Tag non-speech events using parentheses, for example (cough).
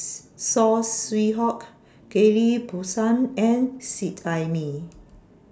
(noise) Saw Swee Hock Ghillie BaSan and Seet Ai Mee